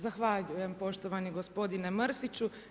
Zahvaljujem poštovani gospodine Mrsiću.